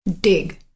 dig